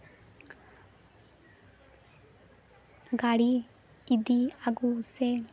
ᱜᱟᱹᱰᱤ ᱤᱫᱤ ᱟᱜᱩ ᱥᱮ